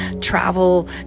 travel